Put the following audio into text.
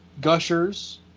Gushers